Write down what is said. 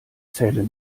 zählen